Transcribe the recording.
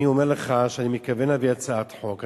אני אומר לך שאני מתכוון להביא הצעת חוק.